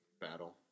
battle